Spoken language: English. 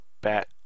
bat